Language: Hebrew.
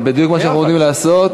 זה בדיוק מה שאנחנו עומדים לעשות.